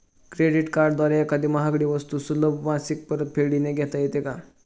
Credit कार्डद्वारे एखादी महागडी वस्तू सुलभ मासिक परतफेडने घेता येते का?